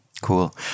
Cool